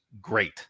great